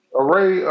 array